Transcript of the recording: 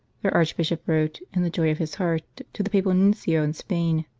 their archbishop wrote, in the joy of his heart, to the papal nuncio in spain